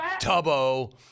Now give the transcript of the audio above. tubbo